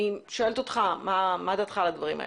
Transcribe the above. אני שואלת אותך מה דעתך על הדברים האלה.